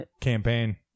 campaign